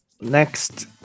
next